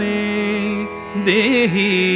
Dehi